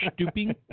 Stooping